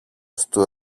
στου